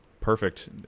perfect